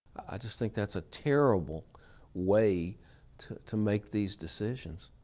i just think that's a terrible way to to make these decisions.